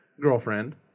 girlfriend